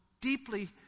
deeply